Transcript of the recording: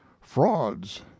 frauds